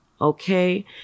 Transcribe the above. Okay